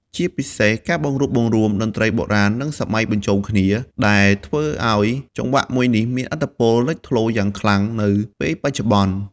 ជាពិសេសការបង្រួបបង្រួមតន្ត្រីបុរាណ និងសម័យបញ្ចូនគ្នា ដែលធ្វើអោយចង្វាក់មួយនេះមានឥទ្ធិពលលេចធ្លោយ៉ាងខ្លាំងនៅពេលបច្ចុប្បន្ន។